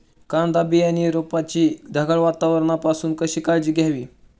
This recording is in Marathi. कांदा बियाणे रोपाची ढगाळ वातावरणापासून काळजी कशी घ्यावी?